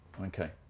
Okay